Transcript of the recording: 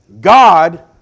God